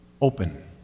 open